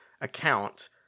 account